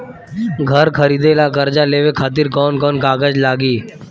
घर खरीदे ला कर्जा लेवे खातिर कौन कौन कागज लागी?